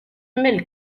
mill